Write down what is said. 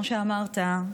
כמו שאמרת,